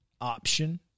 option